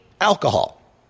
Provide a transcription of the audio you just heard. alcohol